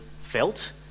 felt